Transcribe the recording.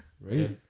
Right